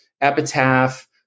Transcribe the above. Epitaph